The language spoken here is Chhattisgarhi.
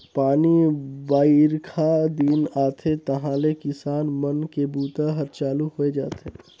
पानी बाईरखा दिन आथे तहाँले किसान मन के बूता हर चालू होए जाथे